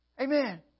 Amen